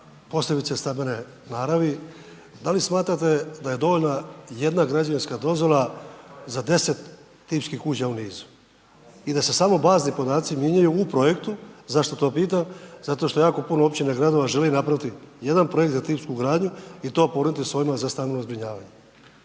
posebice stambene naravi. Da li smatrate da je dovoljna jedna građevinska dozvola za 10 tipskih kuća u nizu i da se samo bazni podaci mijenjaju u projektu? Zašto to pitam? Zato što jako puno općina i gradova želi napraviti jedan projekt za tipsku gradnju i to ponuditi svojima za stambeno zbrinjavanje.